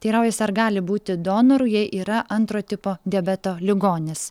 teiraujasi ar gali būti donoru jei yra antro tipo diabeto ligonis